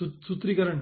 सूत्रीकरण